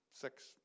six